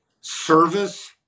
service